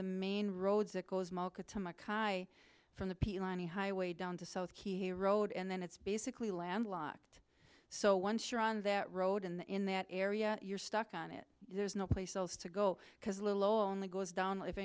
the main roads that goes from the pilani highway down to south key a road and then it's basically landlocked so once you're on that road and in that area you're stuck on it there's no place else to go because little only goes